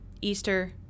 Easter